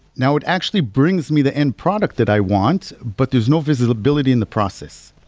now it actually brings me the end-product that i want, but there's no visibility in the process.